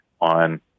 on